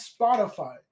Spotify